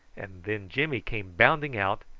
and then jimmy came bounding out,